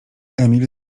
emil